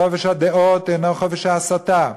חופש הדעות אינו חופש ההסתה.